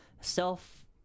self